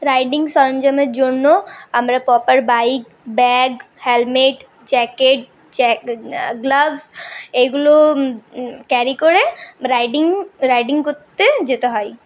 riding সরঞ্জামের জন্য আমরা proper bike bag helmet jacket jack gloves এইগুলো ক্যারি করে রাইডিং রাইডিং করতে যেতে হয়